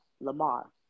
Lamar